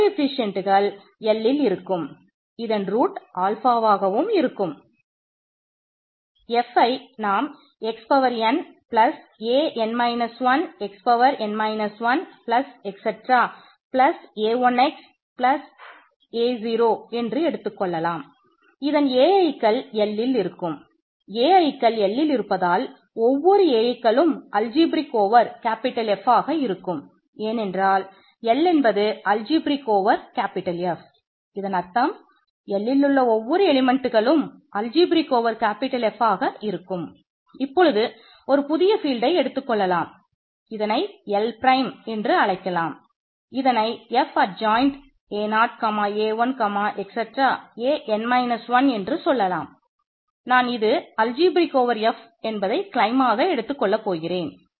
Fயை நாம் X power எடுத்துக்கொள்கிறேன்